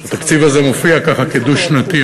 שהתקציב הזה מופיע ככה, כדו-שנתי.